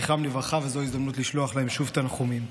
זכרם לברכה, וזו הזדמנות לשלוח להן שוב תנחומים.